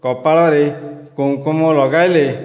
କପାଳରେ କୁଙ୍କୁମ ଲଗାଇଲେ